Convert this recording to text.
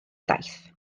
daith